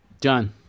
Done